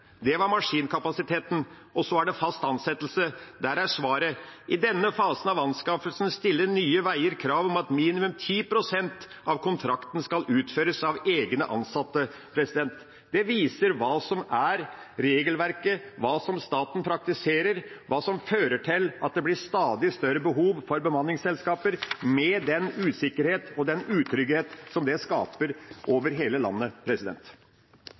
Det var maskinkapasiteten – og så er det fast ansettelse. Der er svaret: «I denne fasen av anskaffelsen stiller Nye Veier krav om at minimum 10 pst. av kontrakten skal utføres av egne ansatte.» Det viser hva som er regelverket, hva staten praktiserer, hva som fører til at det blir stadig større behov for bemanningsselskaper, med den usikkerhet og den utrygghet som det skaper over hele landet.